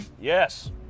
Yes